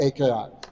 AKI